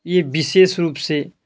ये विषेश रूप से